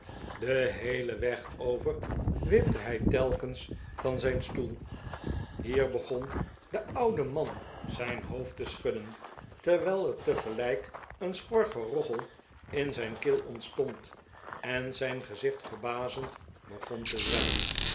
den heelen weg over wipte hij telkens van zijn stoel hier begon de oude man zijn hoofd te schudden terwijl er tegelijk een schor gerochel in zijn keel ontstond en zijn gezicht verbazend begon te zwellen